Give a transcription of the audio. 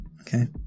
okay